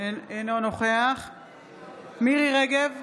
אינו נוכח מירי מרים רגב,